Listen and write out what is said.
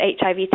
HIV